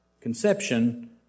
Conception